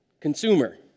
consumer